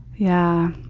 yeah.